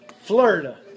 Florida